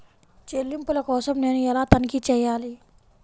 చెల్లింపుల కోసం నేను ఎలా తనిఖీ చేయాలి?